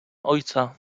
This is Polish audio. ojca